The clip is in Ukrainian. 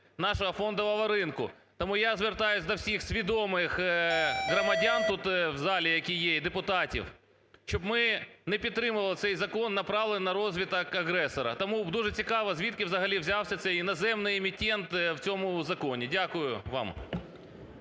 нашого фондового ринку. Тому я звертаюсь до всіх свідомих громадян тут в залі, які є, і депутатів, щоб ми не підтримували цей закон, направлений на розвиток агресора. Тому дуже цікаво звідки, взагалі, взявся цей "іноземний емитент" в цьому законі. Дякую вам.